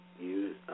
use